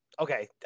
Okay